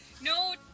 No